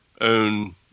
own